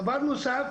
דבר נוסף,